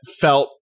felt